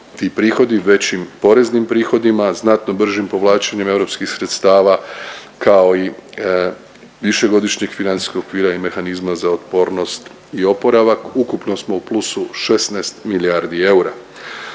ti prihodi većim poreznim prihodima, znatno bržim povlačenjem europskih sredstava kao i Višegodišnjeg financijskog okvira i mehanizma za otpornost i oporavak, ukupno smo u plusu 16 milijardi eura.